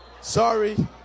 sorry